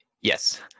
yes